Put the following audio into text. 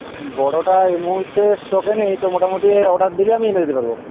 বড়টা এই মুহূর্তে স্টকে নেই তো মোটামুটি অর্ডার দিলে আমি এনে দিতে পারব